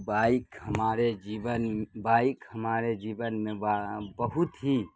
bike ہمارے جیون bike ہمارے جیبون میں بہت ہی